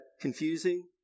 confusing